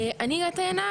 אני הגעתי הנה